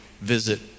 visit